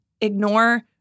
ignore